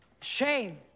shame